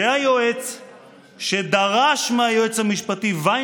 זה היועץ שדרש מהיועץ המשפטי אז,